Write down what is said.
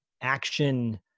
action